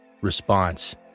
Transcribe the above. Response